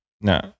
No